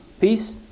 Peace